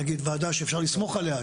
נגיד ועדה שאפשר לסמוך עליה,